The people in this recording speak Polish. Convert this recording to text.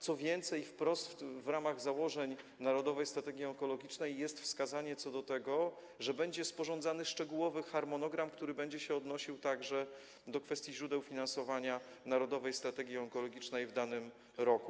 Co więcej, w ramach założeń Narodowej Strategii Onkologicznej jest wskazanie wprost co do tego, że będzie sporządzany szczegółowy harmonogram, który będzie się odnosił także do kwestii źródeł finansowania Narodowej Strategii Onkologicznej w danym roku.